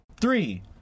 Three